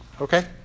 okay